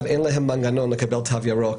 אין להם מנגנון לקבל תו ירוק,